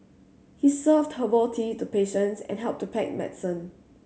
he served herbal tea to patients and helped to pack medicine